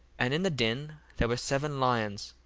and in the den there were seven lions,